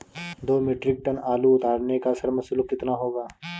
दो metric ton आलू उतारने का श्रम शुल्क कितना होगा?